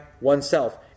oneself